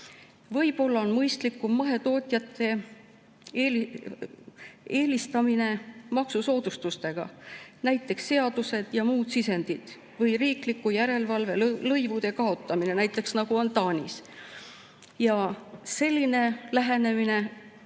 Võib-olla on mõistlikum mahetootjaid eelistada maksusoodustustega, näiteks seaduste ja muude sisenditega või riikliku järelevalve lõivude kaotamisega, näiteks nagu on Taanis. Selline lähenemine